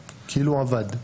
עבד.